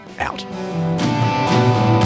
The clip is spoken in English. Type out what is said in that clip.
out